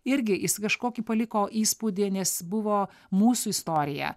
irgi kažkokį paliko įspūdį nes buvo mūsų istorija